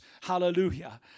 Hallelujah